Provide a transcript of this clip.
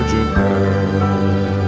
Japan